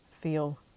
feel